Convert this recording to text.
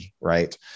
right